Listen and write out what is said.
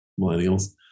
millennials